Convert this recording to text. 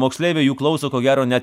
moksleiviai jų klauso ko gero net